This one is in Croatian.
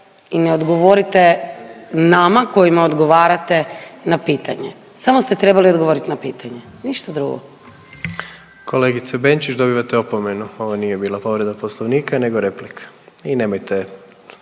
i ne odgovorite nama kojima odgovarate na pitanje. Samo ste trebali odgovoriti na pitanje, ništa drugo. **Jandroković, Gordan (HDZ)** Kolegice Benčić, dobivate opomenu ovo nije bila povreda Poslovnika nego replika i nemojte